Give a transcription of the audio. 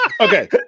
Okay